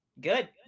Good